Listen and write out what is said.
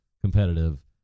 competitive